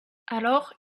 alors